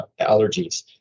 allergies